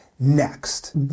Next